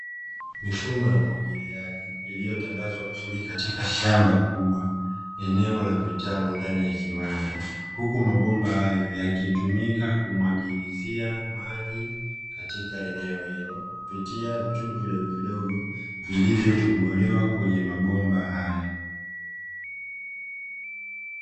Mifumo ya umwagiliaji iliyotandazwa vizuri katika shamba kubwa eneo la vitalu ndani ya kiwanda, huku mabomba hayo yakitumika kumwagilizia maji katika eneo hilo, kupitia vitundu vidogovidogo vilivyo tobolewa kwenye mabomba hayo.